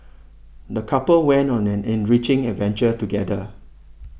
the couple went on an enriching adventure together